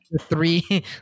three